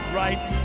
right